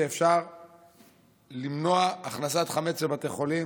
שבהן אפשר למנוע הכנסת חמץ לבתי חולים,